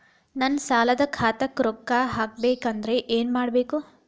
ನನ್ನ ಸಾಲದ ಖಾತಾಕ್ ರೊಕ್ಕ ಹಾಕ್ಬೇಕಂದ್ರೆ ಏನ್ ಮಾಡಬೇಕು?